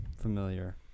familiar